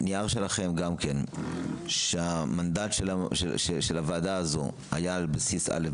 נייר שלכם שהמנדט של הוועדה הזו היה על בסיס א',